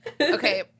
Okay